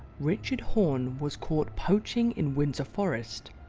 richard horne was caught poaching in windsor forest.